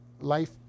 life